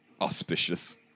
Auspicious